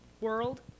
world